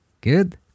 Good